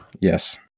Yes